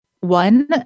One